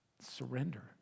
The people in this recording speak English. surrender